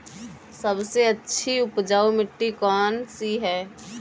सबसे अच्छी उपजाऊ मिट्टी कौन सी है?